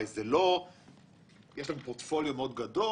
זה לא "יש לנו פורטפוליו מאוד גדול,